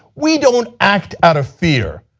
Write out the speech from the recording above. we don't act out of fear.